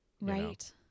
Right